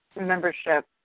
membership